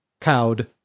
Cowed